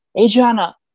Adriana